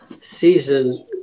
season